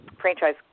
franchise